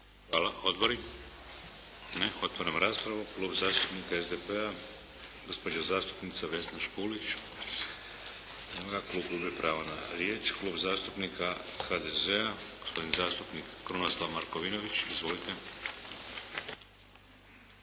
Hvala. Odbori? Ne. Otvaram raspravu. Klub zastupnika SDP-a, gospođa zastupnica Vesna Škulić. Nema je, klub gubi pravo na riječ. Klub zastupnika HDZ-a, gospodin zastupnik Krunoslav Markovinović. Izvolite.